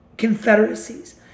confederacies